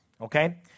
okay